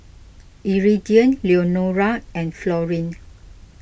Iridian Leonora and Florine